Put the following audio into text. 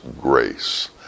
grace